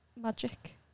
Magic